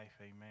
Amen